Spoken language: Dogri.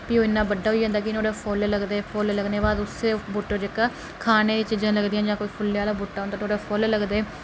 फ्ही ओह् इना बड्डा होई जंदा कि नुआढ़े जेहड़े फुल्ल लगदे फुल्ल लगने बाद उस बूहटे र जेहका खाने दियां चीजा लगदियां जां फ्ही कोई फुल्लें आहला बूहटा होंदा ते नुआढ़े रा फुल्ल लगदे